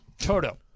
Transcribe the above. Toto